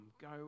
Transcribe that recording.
Go